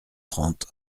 trente